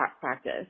practice